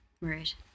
right